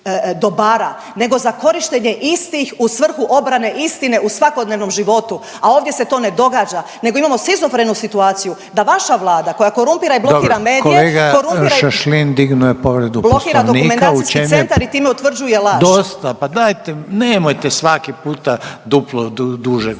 nego za korištenje istih u svrhu obrane istine u svakodnevnom životu, a ovdje se to ne događa nego imamo šizofrenu situaciju da vaša Vlada koja korumpira i blokira medije korumpira i… …/Upadica Reiner: Dobro, kolega Šašlin dignuo je povredu Poslovnika, u čem je…/… …blokira dokumentacijski centar i time utvrđuje laž. **Reiner, Željko (HDZ)** Dosta, pa dajte, nemojte svaki puta duplo duže govoriti.